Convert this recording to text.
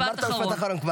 תם הזמן.